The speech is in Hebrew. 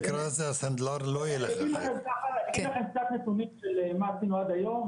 קצת נתונים של מה אנחנו עשינו עד היום.